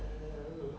就是说 lor